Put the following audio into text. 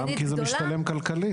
וגם כי זה משתלם כלכלית.